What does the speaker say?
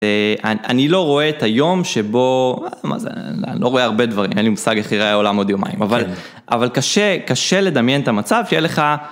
אני לא רואה את היום שבו, מה זה, אני לא רואה הרבה דברים, אין לי מושג איך יראה העולם עוד יומיים, אבל קשה, קשה לדמיין את המצב שיהיה לך